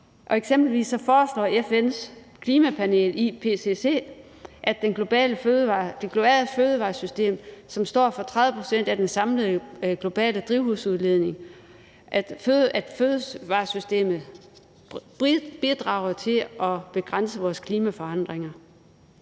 Eksempelvis foreslår FN's klimapanel, IPCC, at det globale fødevaresystem, som står for 30 pct. af den samlede globale drivhusgasudledning, bidrager til at begrænse vores klimaforandringer.